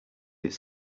its